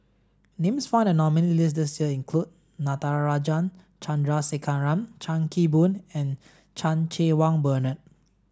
names found in the nominees' list this year include Natarajan Chandrasekaran Chan Kim Boon and Chan Cheng Wah Bernard